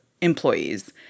employees